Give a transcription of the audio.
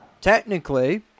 technically